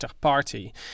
Party